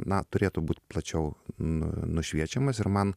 na turėtų būt plačiau nu nušviečiamas ir man